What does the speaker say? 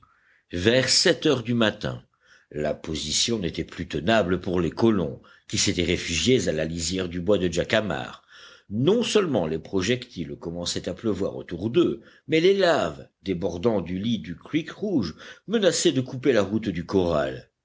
vers sept heures du matin la position n'était plus tenable pour les colons qui s'étaient réfugiés à la lisière du bois de jacamar non seulement les projectiles commençaient à pleuvoir autour d'eux mais les laves débordant du lit du creek rouge menaçaient de couper la route du corral